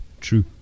True